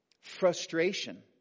frustration